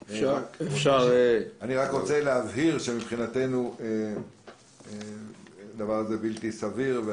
אני רק רוצה להבהיר שמבחינתנו זה בלתי סביר.